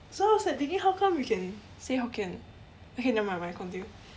so I was like thinking how come we can say hokkien okay nevermind nevermind continue